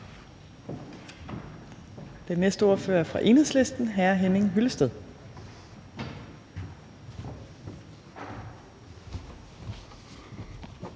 Den næste ordfører er fra Enhedslisten, og det er hr. Henning Hyllested.